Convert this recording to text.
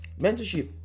Mentorship